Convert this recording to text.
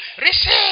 receive